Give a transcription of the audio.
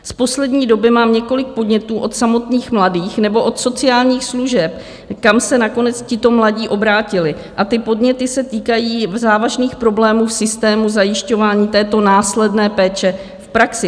Z poslední doby mám několik podnětů od samotných mladých nebo od sociálních služeb, kam se nakonec tito mladí obrátili, a ty podněty se týkají závažných problémů v systému zajišťování této následné péče v praxi.